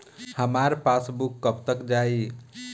हमार पासबूक कब तक आ जाई?